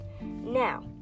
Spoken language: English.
Now